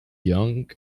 young